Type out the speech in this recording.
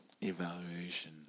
Evaluation